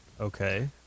Okay